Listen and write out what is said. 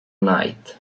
night